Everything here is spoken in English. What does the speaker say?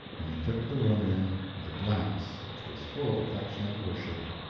and he took the room in with a glance which was full of affectionate worship.